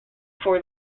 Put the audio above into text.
for